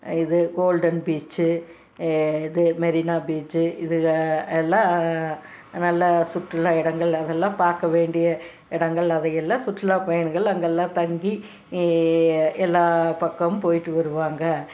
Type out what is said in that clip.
இது golden beach இது Marina beach இதுக எல்லாம் நல்ல சுற்றுல்லா இடங்கள் அதெல்லாம் பார்க்க வேண்டிய இடங்கள் அதையெல்லாம் சுற்றுல்லா பயணிகள் அங்கேல்லாம் தங்கி எல்லா பக்கமும் போயிட்டு வருவாங்க